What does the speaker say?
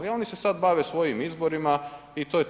I oni se sad bave svojim izborima i to je to.